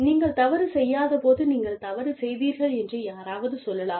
நீங்கள் தவறு செய்யாதபோது நீங்கள் தவறு செய்தீர்கள் என்று யாராவது சொல்லலாம்